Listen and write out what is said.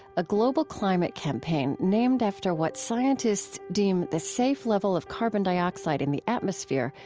a global climate campaign named after what scientists deem the safe level of carbon dioxide in the atmosphere,